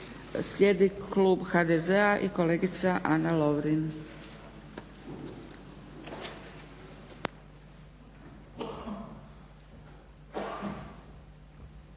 Slijedi klub HDZ-a i kolegica Ana Lovrin.